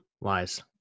lies